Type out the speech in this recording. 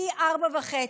פי 4.5,